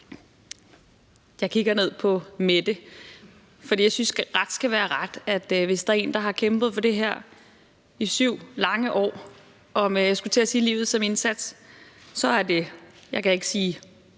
Jeg kigger ned på Mette, for jeg synes, at ret skal være ret. Hvis der er en, der har kæmpet for det her i 7 lange år og med, jeg skulle til at sige livet som indsats, så er det – jeg kan ikke sige